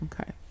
Okay